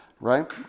Right